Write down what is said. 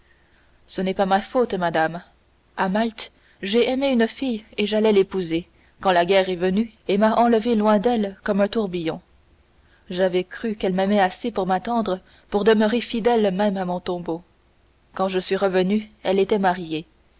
ce n'est pas ma faute madame à malte j'ai aimé une jeune fille et j'allais l'épouser quand la guerre est venue et m'a enlevé loin d'elle comme un tourbillon j'avais cru qu'elle m'aimait assez pour m'attendre pour demeurer fidèle même à mon tombeau quand je suis revenu elle était mariée